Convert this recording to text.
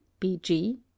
bg